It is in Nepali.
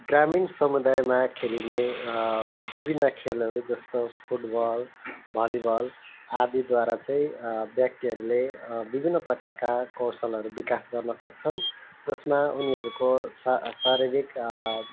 ग्रामीण समुदायमा खेलिने विभिन्न खेलहरू जस्तो फुटबल भलिबल आदिद्वारा चाहिँ व्यक्तिहरूले विभिन्न प्रकारका कौसलहरू विकास गर्न सक्छन् जसमा उनीहरूको शा शारीरिक